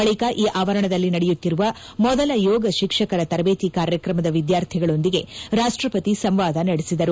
ಬಳಿಕ ಈ ಆವರಣದಲ್ಲಿ ನಡೆಯುತ್ತಿರುವ ಮೊದಲ ಯೋಗ ಶಿಕ್ಷಕರ ತರಬೇತಿ ಕಾರ್ಯಕ್ರಮದ ವಿದ್ಯಾರ್ಥಿಗಳೊಂದಿಗೆ ರಾಷ್ತ ಪತಿ ಸಂವಾದ ನಡೆಸಿದರು